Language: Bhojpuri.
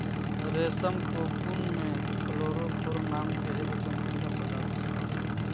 रेशम कोकून में फ्लोरोफोर नाम के एगो चमकीला पदार्थ से बनेला